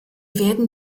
werden